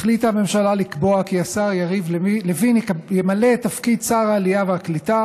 החליטה הממשלה לקבוע כי השר יריב לוין ימלא את תפקיד שר העלייה והקליטה